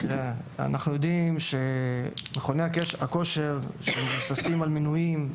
אנחנו יודעים שמכוני הכושר שמבוססים על מנויים,